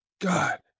god